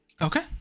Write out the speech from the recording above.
Okay